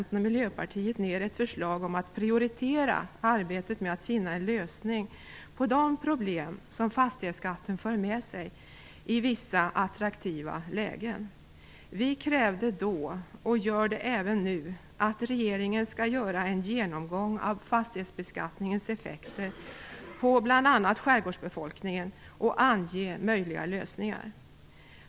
Miljöpartiet ned ett förslag om att prioritera arbetet med att finna en lösning på de problem som fastighetsskatten för med sig i vissa attraktiva lägen. Vi krävde då, och gör det även nu, att regeringen skall göra en genomgång av fastighetsbeskattningens effekter på bl.a. skärgårdsbefolkningen och ange möjliga lösningar.